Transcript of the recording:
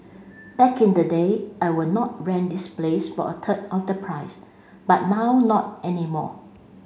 back in the day I would not rent this place for a third of the price but now not anymore